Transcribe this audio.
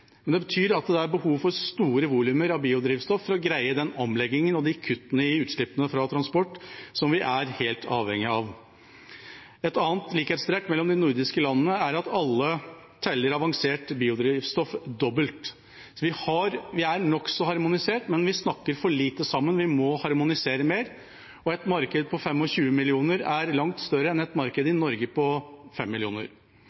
Det betyr at det er behov for store volumer av biodrivstoff for å greie den omleggingen og de kuttene i utslippene fra transport som vi er helt avhengige av. Et annet likhetstrekk mellom de nordiske landene er at alle teller avansert biodrivstoff dobbelt. Vi er nokså harmonisert, men vi snakker for lite sammen, vi må harmonisere mer, og et marked på 25 millioner er langt større enn et marked